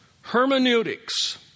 Hermeneutics